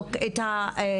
ולבדוק את המקרים,